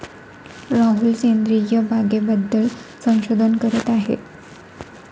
राहुल सेंद्रिय बागेबद्दल संशोधन करत आहे